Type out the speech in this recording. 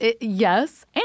yes